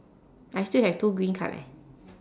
I still have two green card leh